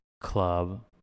club